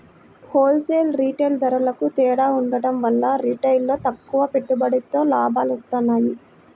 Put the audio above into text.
whole sale, retail ధరలకూ తేడా ఉండటం వల్ల రిటైల్లో తక్కువ పెట్టుబడితో లాభాలొత్తన్నాయి